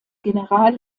general